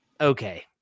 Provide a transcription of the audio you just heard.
okay